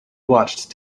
watched